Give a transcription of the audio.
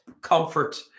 comfort